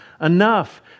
enough